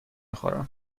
خورم